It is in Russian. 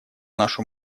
нашу